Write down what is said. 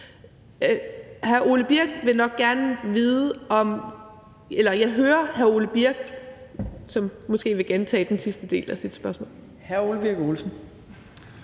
Jeg hører hr. Ole Birk Olesen ... som måske vil gentage den sidste del af sit spørgsmål.